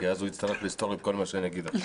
כי אז הוא יצטרך לסתור את כל מה שאני אגיד לו.